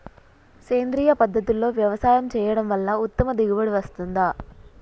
సేంద్రీయ పద్ధతుల్లో వ్యవసాయం చేయడం వల్ల ఉత్తమ దిగుబడి వస్తుందా?